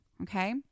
Okay